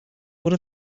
would